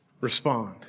respond